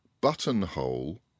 buttonhole